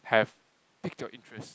have piqued your interest